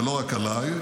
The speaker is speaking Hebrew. ולא רק עליי,